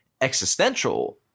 existential